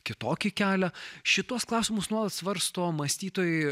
kitokį kelią šituos klausimus nuolat svarsto mąstytojai